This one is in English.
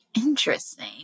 Interesting